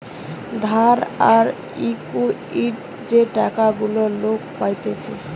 ধার আর ইকুইটি যে টাকা গুলা লোক পাইতেছে